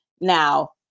Now